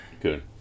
Good